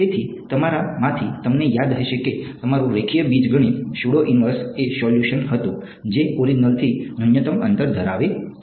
તેથી તમારામાંથી તમને યાદ હશે કે તમારું રેખીય બીજગણિત સ્યુડો ઇન્વર્સ એ સોલ્યુશન હતું જે ઓરીજીનલથી ન્યૂનતમ અંતર ધરાવે છે